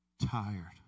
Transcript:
tired